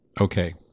okay